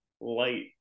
light